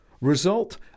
Result